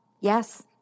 Yes